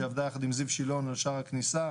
שעבדה יחד עם זיו שילון על שער הכניסה,